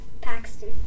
Paxton